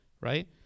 right